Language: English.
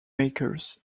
makers